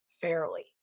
fairly